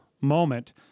moment